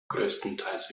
größtenteils